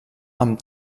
amb